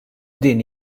din